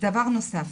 דבר נוסף.